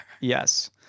Yes